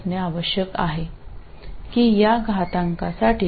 അതുവഴി ഈ എക്സ്പോണൻഷ്യലിന്റെ വാദം അളവില്ലാത്തതാകും